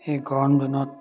এই গৰম দিনত